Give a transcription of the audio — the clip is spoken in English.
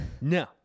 No